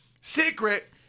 Secret